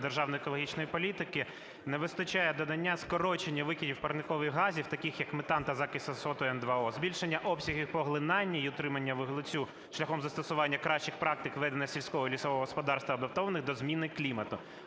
державної екологічної політики – не вистачає додання скорочення викидів, парникових газів таких, як метан та закис азоту N2O, збільшення обсягів поглинення й отримання вуглицю шляхом застосування кращих практик ведення сільського лісового господарства, адаптованих до зміни клімату.